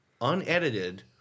unedited